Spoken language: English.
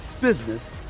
business